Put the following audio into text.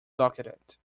docketed